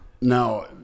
now